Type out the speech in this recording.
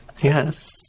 Yes